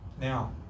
Now